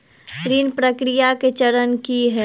ऋण प्रक्रिया केँ चरण की है?